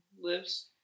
lives